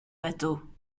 bateau